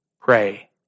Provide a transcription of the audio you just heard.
pray